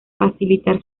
facilitar